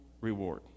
reward